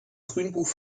grünbuch